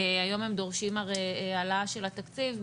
היום הם דורשים העלאה של התקציב.